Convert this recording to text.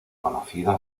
conocida